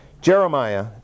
Jeremiah